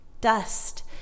dust